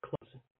closing